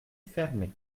fermé